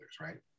right